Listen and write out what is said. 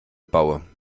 baue